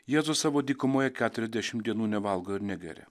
jėzus savo dykumoje keturiasdešimt dienų nevalgo ir negeria